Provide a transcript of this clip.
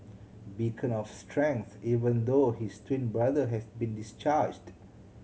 beacon of strength even though his twin brother has been discharged